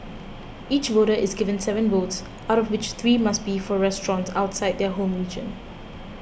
each voter is given seven votes out of which three must be for restaurants outside their home region